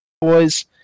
boys